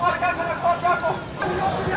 oh yeah